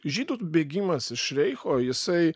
žydų bėgimas iš reicho jisai